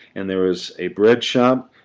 and there was a bread shop,